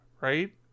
right